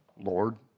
Lord